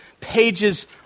pages